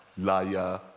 liar